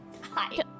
Hi